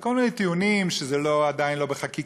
בכל מיני טיעונים: שזה עדיין לא בחקיקה,